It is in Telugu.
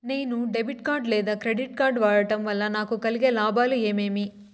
నేను డెబిట్ కార్డు లేదా క్రెడిట్ కార్డు వాడడం వల్ల నాకు కలిగే లాభాలు ఏమేమీ?